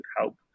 help